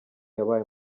yabaye